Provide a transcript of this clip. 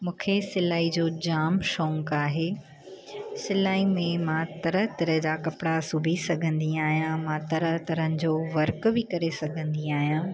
मुखे सिलाई जो जाम शौक़ु आहे सिलाई में मां तरह तरह जा कपिड़ा सिबी सघंदी आहियां मां तरह तरह जो वर्क बि करे सघंदी आहियां